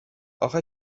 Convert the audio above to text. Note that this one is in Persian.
آخه